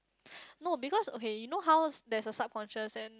no because okay you know how's there's a subconscious and